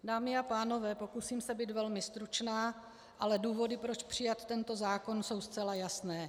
Dámy a pánové, pokusím se být velmi stručná, ale důvody, proč přijmout tento zákon, jsou zcela jasné.